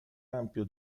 ampio